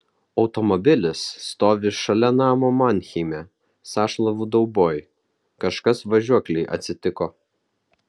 automobilis stovi šalia namo manheime sąšlavų dauboj kažkas važiuoklei atsitiko